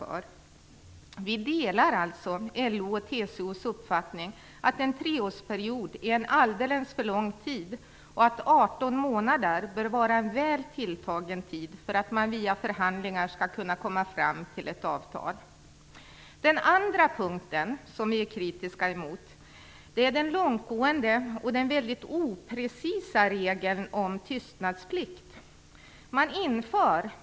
Vi delar alltså LO:s och TCO:s uppfattning om att tre år är en alldeles för lång tid och att 18 månader bör vara en väl tilltagen tid för att man via förhandlingar skall kunna komma fram till ett avtal. Den andra punkten som vi är kritiska mot är den långtgående och oprecisa regeln om tystnadsplikt.